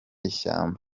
ishyamba